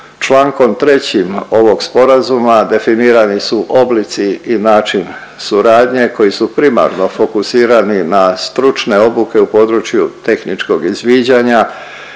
Čl. 3. ovog sporazuma definirani su oblici i način suradnje koji su primarno fokusirani na stručne obuke u području tehničkog izviđanja